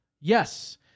Yes